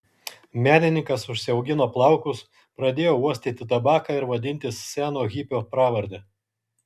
menininkas užsiaugino plaukus pradėjo uostyti tabaką ir vadintis seno hipio pravarde